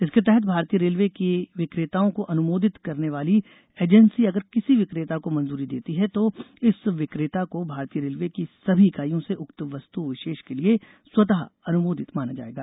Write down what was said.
इसके तहत भारतीय रेलवे की विक्रेताओं को अनुमोदित करने वाली एजेंसी अगर किसी विक्रेता को मंजूरी देती है तो इस विक्रेता को भारतीय रेलवे की सभी इकाइयों से उस वस्तु विशेष के लिए स्वतः अनुमोदित माना जायेगा